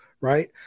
Right